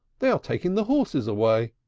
they are taking the horses away!